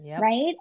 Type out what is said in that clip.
right